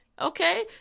Okay